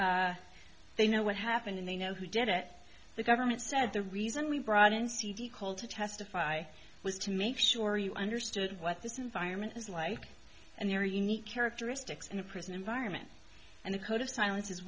government they know what happened and they know who did it the government said the reason we brought in cd called to testify was to make sure you understood what this environment was like and their unique characteristics in a prison environment and the code of silence